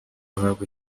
ruhago